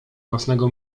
własnego